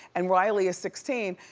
and riley is sixteen.